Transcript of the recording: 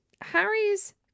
Harry's